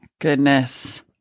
Goodness